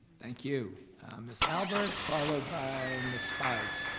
thank you ms. albert, followed by ms. speyes.